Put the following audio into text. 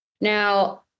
Now